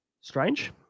strange